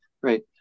right